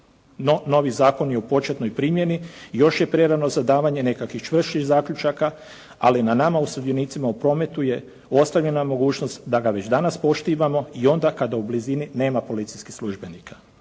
novi zakon je u početnoj primjeni, još je prerano za davanje nekakvih čvršćih zaključaka, ali na nama, sudionicima u prometu je ostavljena mogućnost da ga već danas poštivamo i onda kada u blizini nema policijskih službenika.